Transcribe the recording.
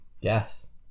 Yes